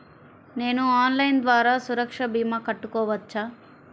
నేను ఆన్లైన్ ద్వారా సురక్ష భీమా కట్టుకోవచ్చా?